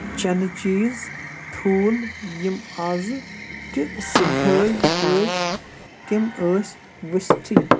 چَنہٕ چیٖز ٹھوٗل یِم آزٕ تہِ صُبحٲے وٲتۍ تِم ٲسۍ ؤسۍتھٕے